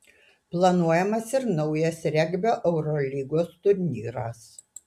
planuojamas ir naujas regbio eurolygos turnyras